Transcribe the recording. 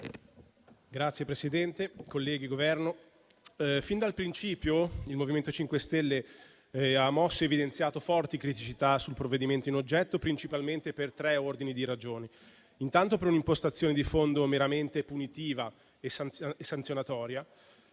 rappresentanti del Governo, fin dal principio il MoVimento 5 Stelle ha mosso ed evidenziato forti criticità sul provvedimento in oggetto, principalmente per tre ordini di ragioni. In primo luogo, per un'impostazione di fondo meramente punitiva e sanzionatoria.